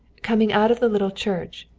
coming out of the little church,